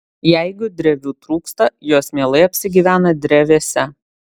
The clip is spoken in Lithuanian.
jeigu drevių trūksta jos mielai apsigyvena drevėse